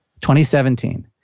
2017